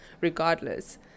regardless